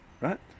right